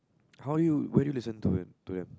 how do you why do you listen to them to them